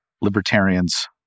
libertarians